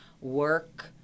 work